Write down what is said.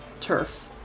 turf